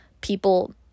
people